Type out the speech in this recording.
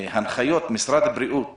הנחיות משרד הבריאות